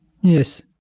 yes